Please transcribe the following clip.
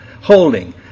Holding